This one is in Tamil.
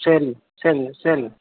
சரிங்க சரிங்க சரிங்க